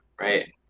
right